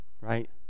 right